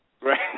Right